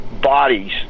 bodies